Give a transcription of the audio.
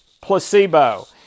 placebo